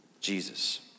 Jesus